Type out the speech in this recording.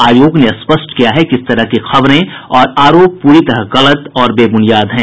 आयोग ने स्पष्ट किया है कि इस तरह की खबरें और आरोप पूरी तरह गलत और बेबुनियाद हैं